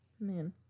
man